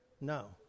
no